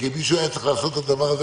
כי מי שהיה צריך לעשות את הדבר הזה,